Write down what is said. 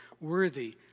worthy